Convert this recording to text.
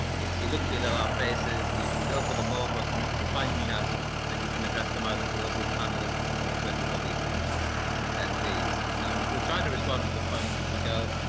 if you look below our faces, you you go for the more button, you'll find chat and you can address them either to us as panellists or to everybody as as attendees. um we'll try to respond to the points as we go,